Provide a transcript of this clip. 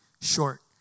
short